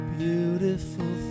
beautiful